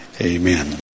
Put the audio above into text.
Amen